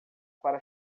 para